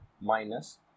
minus